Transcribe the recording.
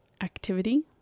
activity